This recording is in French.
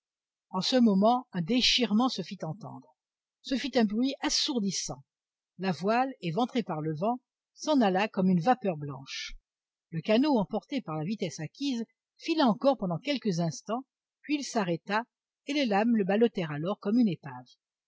en ce moment un déchirement se fit entendre ce fut un bruit assourdissant la voile éventrée par le vent s'en alla comme une vapeur blanche le canot emporté par la vitesse acquise fila encore pendant quelques instants puis il s'arrêta et les lames le ballottèrent alors comme une épave